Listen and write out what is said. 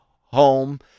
Home